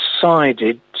decided